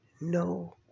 no